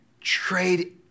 trade